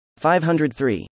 503